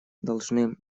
должны